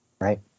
right